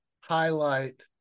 highlight